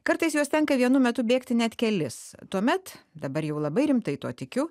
kartais juos tenka vienu metu bėgti net kelis tuomet dabar jau labai rimtai tuo tikiu